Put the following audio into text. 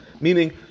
Meaning